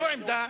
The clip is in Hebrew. זו עמדה.